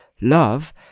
love